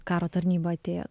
karo tarnybą atėjot